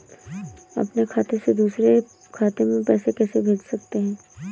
अपने खाते से दूसरे खाते में पैसे कैसे भेज सकते हैं?